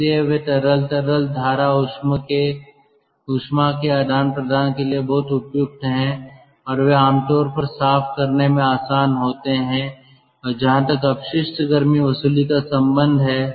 इसलिए वे तरल तरल धारा ऊष्मा के आदान प्रदान के लिए बहुत उपयुक्त हैं और वे आमतौर पर साफ करने में आसान होते हैं और जहां तक अपशिष्ट गर्मी वसूली का संबंध है